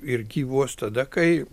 ir gyvuos tada kai